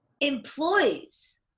Employees